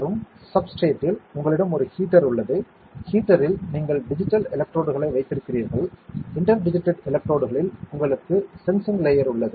மற்றும் சப்ஸ்ட்ரேட்டில் உங்களிடம் ஒரு ஹீட்டர் உள்ளது ஹீட்டரில் நீங்கள் டிஜிட்டல் எலக்ட்ரோடுகளை வைத்திருக்கிறீர்கள் இன்டர் டிஜிட்டட் எலக்ட்ரோடுகளில் உங்களுக்கு சென்சிங் லேயர் உள்ளது